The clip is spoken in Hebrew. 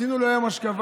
עשינו לו היום אשכבה,